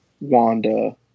Wanda